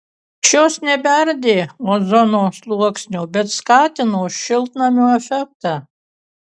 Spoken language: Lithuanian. šios nebeardė ozono sluoksnio bet skatino šiltnamio efektą